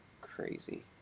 crazy